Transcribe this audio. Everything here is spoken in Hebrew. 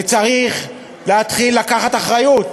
וצריך להתחיל לקחת אחריות.